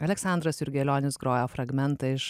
aleksandras jurgelionis groja fragmentą iš